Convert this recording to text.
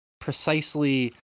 precisely